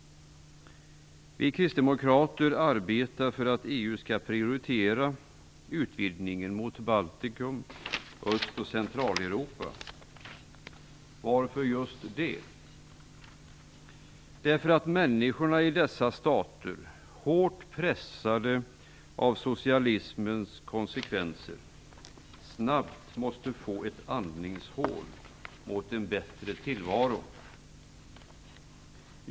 Vi kristdemokrater arbetar för att EU skall prioritera utvidgningen mot Baltikum, Öst och Centraleuropa. Varför gör vi just det? Det gör vi därför att människorna i dessa stater, hårt pressade av socialismens konsekvenser, snabbt måste få ett andningshål mot en bättre tillvaro.